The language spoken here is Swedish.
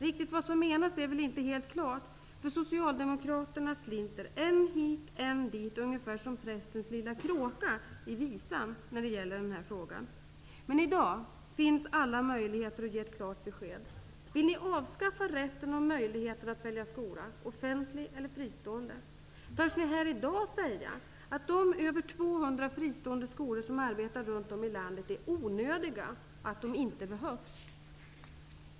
Riktigt vad som menas är väl inte helt klart, för socialdemokraterna slinter i den här frågan än hit, än dit, ungefär som ''prästens lilla kråka'' i visan. Men i dag finns alla möjligheter att ge ett klart besked. Vill ni avskaffa rätten och möjligheten att välja skola, offentlig eller fristående? Törs ni här i dag säga att de över 200 fristående skolor som arbetar runt om i landet är onödiga, att de inte behövs?